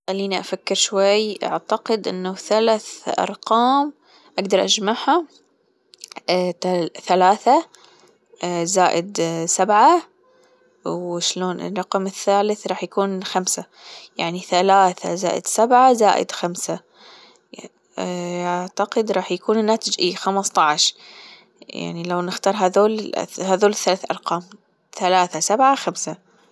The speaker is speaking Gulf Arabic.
خليني أفكر شوي أعتقد أنه ثلاث أرقام أجدر أجمعها اه ثلاثة اه زائد اه سبعة وشلون الرقم الثالث راح يكون خمسة يعني ثلاثة زائد سبعة زائد خمسة ااه أعتقد راح يكون الناتج خمستاش. يعني لو نختار هذول هذول أرقام. ثلاثة سبعة خمسة